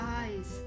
eyes